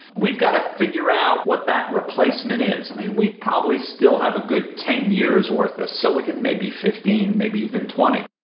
we've got to figure out what that replacement is. i mean, we probably still have a good ten years' worth a silicon, maybe fifteen, maybe even twenty.